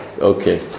Okay